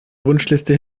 wunschliste